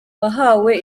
wahawe